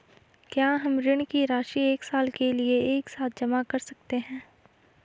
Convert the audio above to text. क्या हम ऋण की राशि एक साल के लिए एक साथ जमा कर सकते हैं?